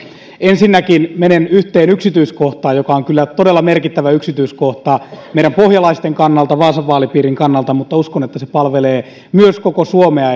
ensinnäkin menen yhteen yksityiskohtaan joka on kyllä todella merkittävä yksityiskohta meidän pohjalaisten kannalta vaasan vaalipiirin kannalta mutta uskon että se palvelee myös koko suomea